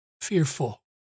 fearful